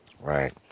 Right